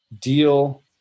deal